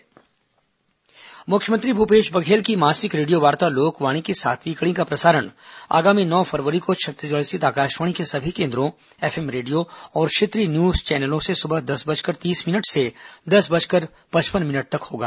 लोकवाणी मुख्यमंत्री भूपेश बघेल की मासिक रेडियोवार्ता लोकवाणी की सातवीं कड़ी का प्रसारण आगामी नौ फरवरी को छत्तीसगढ़ स्थित आकाशवाणी के सभी केन्द्रों एफएम रेडियो और क्षेत्रीय न्यूज चैनलों से सुबह दस बजकर तीस मिनट से दस बजकर पचपन मिनट तक होगा